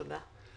תודה.